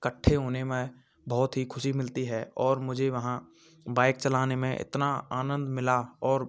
कट्ठे होने में बहुत ही खुशी मिलती है और मुझे वहाँ बाइक चलाने में इतना आनंद मिला और